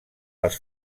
les